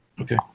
Okay